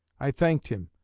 i thanked him,